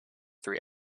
three